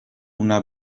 una